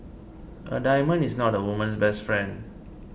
a diamond is not a woman's best friend